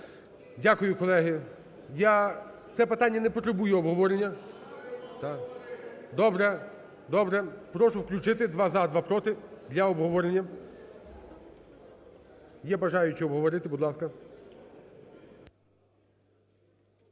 Дякую, колеги. Я… Це питання не потребує обговорення. Добре. Добре. Прошу включити два – за, два – проти, для обговорення. Є бажаючі обговорити, будь ласка.